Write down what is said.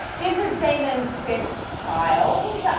this is damon's fifth child.